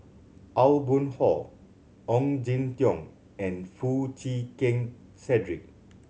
Aw Boon Haw Ong Jin Teong and Foo Chee Keng Cedric